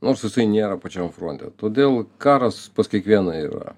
nors jisai nėra pačiam fronte todėl karas pas kiekvieną yra